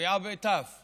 תביעה בתי"ו